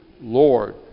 Lord